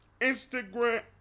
Instagram